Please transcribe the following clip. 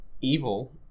evil